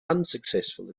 unsuccessful